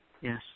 Yes